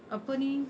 apa ni